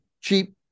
cheap